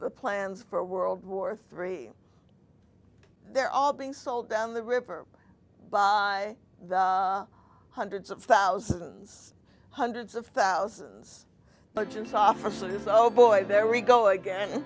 the plans for world war three they're all being sold down the river by the hundreds of thousands hundreds of thousands but just officers old boy there we go